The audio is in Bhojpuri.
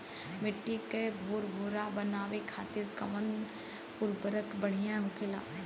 मिट्टी के भूरभूरा बनावे खातिर कवन उर्वरक भड़िया होखेला?